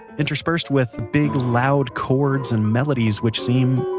interspersed with big, loud chords, and melodies which seem,